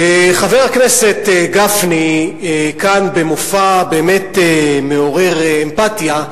חבר הכנסת גפני כאן, במופע באמת מעורר אמפתיה,